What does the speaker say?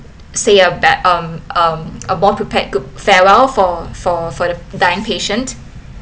say a bet~ um a bond prepared good farewell for for for the dying patient